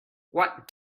what